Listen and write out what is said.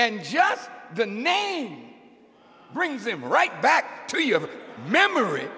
and just the name brings him right back to your memory